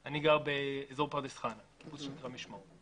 אני גר באזור פרדס חנה, בקיבוץ שנקרא משמרות.